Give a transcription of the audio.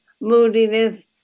moodiness